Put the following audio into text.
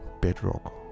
bedrock